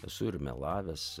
esu ir melavęs